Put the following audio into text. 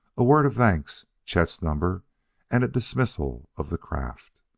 a word of thanks chet's number and a dismissal of the craft.